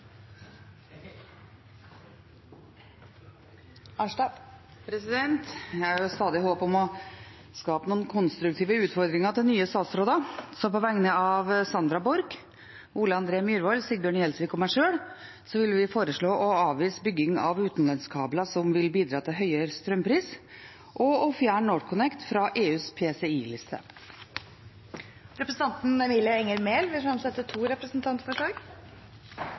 Jeg har stadig håp om å skape noen konstruktive utfordringer til nye statsråder, så på vegne av Sandra Borch, Ole André Myhrvold, Sigbjørn Gjelsvik og meg selv vil jeg foreslå å avvise bygging av utenlandskabler som vil bidra til høyere strømpris, og å fjerne North Connect fra EUs PCI-liste. Representanten Emilie Enger Mehl vi fremsette to representantforslag.